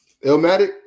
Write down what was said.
Elmatic